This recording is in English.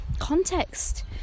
context